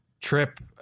trip